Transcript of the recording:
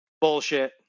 bullshit